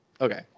Okay